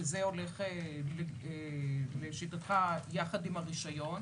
שזה הולך לשיטתך יחד עם הרישיון,